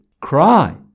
cry